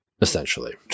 essentially